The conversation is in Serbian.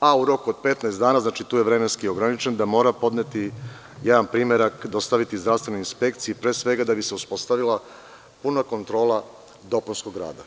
a u roku od 15 dana, znači, tu je vremenski ograničen, mora dostaviti jedan primerak zdravstvenoj inspekciji, pre svega da bi se uspostavila puna kontrola dopunskog rada.